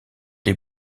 des